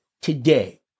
today